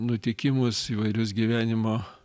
nutikimus įvairius gyvenimo